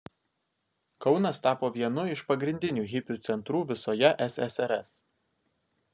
kaunas tapo vienu iš pagrindinių hipių centrų visoje ssrs